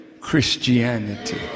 Christianity